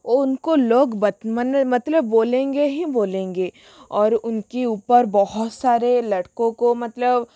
वो उनको लोग मतलब बोलेंगे ही बोलेंगे और उनकी ऊपर बहुत सारे लड़कों को मतलब